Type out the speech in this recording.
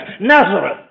Nazareth